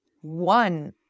one